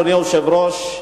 אדוני היושב-ראש,